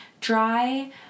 Dry